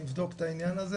אני אבדוק את העניין הזה.